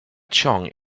chong